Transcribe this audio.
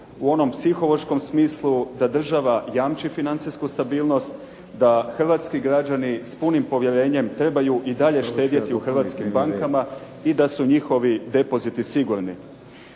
u onom psihološkom smislu da država jamči financijsku stabilnost, da hrvatski građani s punim povjerenjem trebaju i dalje štedjeti u hrvatskim bankama i da su njihovi depoziti sigurni.